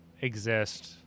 exist